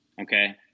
Okay